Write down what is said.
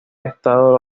estado